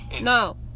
No